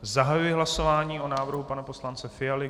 Zahajuji hlasování o návrhu pana poslance Fialy.